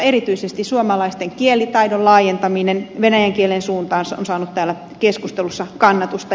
erityisesti suomalaisten kielitaidon laajentaminen venäjän kielen suuntaan on saanut täällä keskustelussa kannatusta